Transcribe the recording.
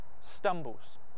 stumbles